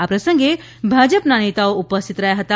આ પ્રસંગે ભાજપના નેતાઓ ઉપસ્થિત રહ્યા હતા